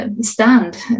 Stand